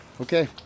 okay